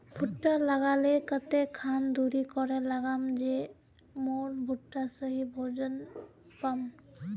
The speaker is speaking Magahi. भुट्टा लगा ले कते खान दूरी करे लगाम ज मोर भुट्टा सही भोजन पाम?